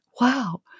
Wow